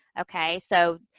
okay? so,